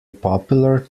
popular